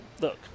look